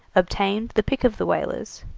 obtained the pick of the whalers.